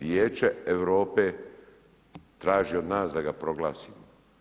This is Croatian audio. Vijeće Europe traži od nas da ga proglasimo.